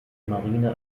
marine